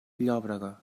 llòbrega